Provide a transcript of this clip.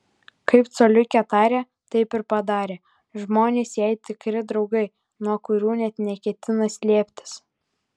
kaip coliukė tarė taip ir padarė žmonės jai tikri draugai nuo kurių net neketina slėptis